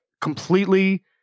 completely